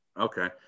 Okay